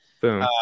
Boom